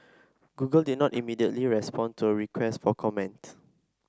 Google did not immediately respond to a request for comment